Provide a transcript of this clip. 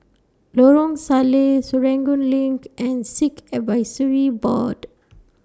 Lorong Salleh Serangoon LINK and Sikh Advisory Board